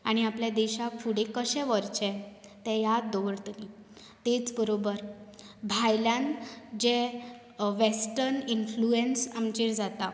आनी आपल्या देशाक फुडें कशें व्हरचें तें याद दवरतली तेंच बरोबर भायल्यान जे वेस्टन इनफ्लुअन्स आमचेर जाता